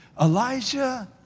Elijah